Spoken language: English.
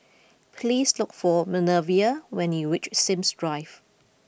please look for Minervia when you reach Sims Drive